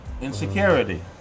insecurity